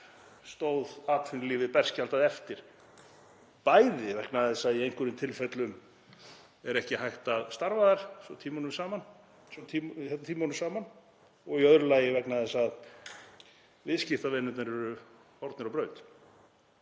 stóð atvinnulífið berskjaldað eftir, bæði vegna þess að í einhverjum tilfellum er ekki hægt að starfa þar tímunum saman og í öðru lagi vegna þess að viðskiptavinirnir eru horfnir á braut.